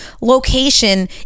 location